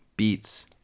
beats